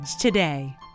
today